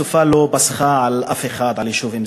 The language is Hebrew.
הסופה לא פסחה על אף אחד מהיישובים,